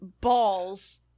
balls